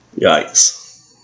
Yikes